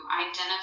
identify